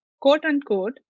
quote-unquote